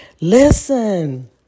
Listen